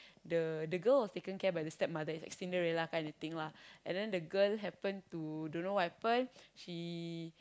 the the girl was taken care by the stepmother it's like Cinderella kind of thing lah and then the girl happen to don't know what happen she